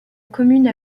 commune